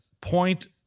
point